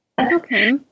Okay